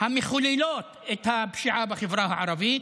המחוללות את הפשיעה בחברה הערבית,